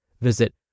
Visit